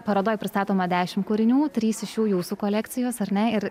parodoj pristatoma dešimt kūrinių trys iš jų jūsų kolekcijos ar ne ir